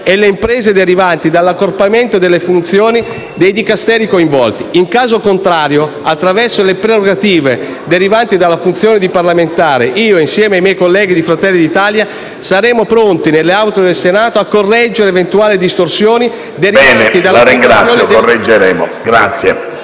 e le imprese derivanti dall'accorpamento delle funzioni dei Dicasteri coinvolti. In caso contrario, attraverso le prerogative derivanti dalla funzione di parlamentare, insieme ai miei colleghi di Fratelli d'Italia sarò pronto nelle Aule del Senato a correggere eventuali distorsioni derivanti dall'applicazione delle norme